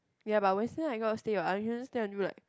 ya but Wednesday night I cannot stay what I can only stay until like